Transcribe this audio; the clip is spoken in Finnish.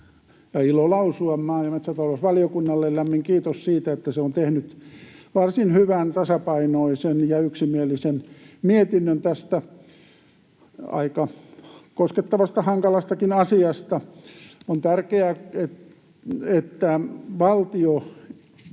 ilo lausua maa‑ ja metsätalousvaliokunnalle lämmin kiitos siitä, että se on tehnyt varsin hyvän, tasapainoisen ja yksimielisen mietinnön tästä aika koskettavasta, hankalastakin asiasta. On tärkeää, että valtio